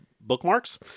bookmarks